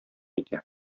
итә